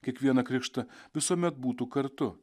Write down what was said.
kiekvieną krikštą visuomet būtų kartu